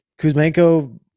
Kuzmenko